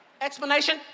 Explanation